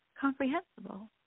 comprehensible